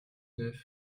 neuf